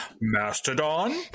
Mastodon